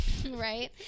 Right